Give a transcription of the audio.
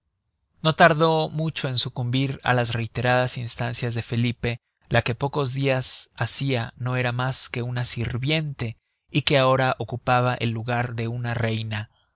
no tardó mucho en sucumbir á las reiteradas instancias de felipe la que pocos dias hacia no era mas que una sirviente y que ahora ocupaba el lugar de una reina